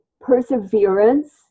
Perseverance